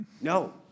No